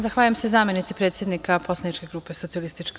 Zahvaljujem se, zamenici predsednika poslaničke grupe SPS.